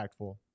impactful